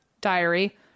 diary